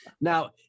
Now